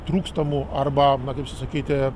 trūkstamų arba na kaip čia sakyti